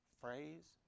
phrase